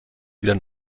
wieder